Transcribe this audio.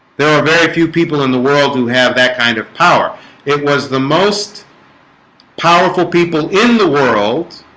there are very few people in the world who have that kind of power it was the most powerful people in the world